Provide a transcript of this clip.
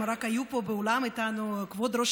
אם רק היה פה באולם איתנו כבוד ראש